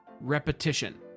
repetition